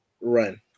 run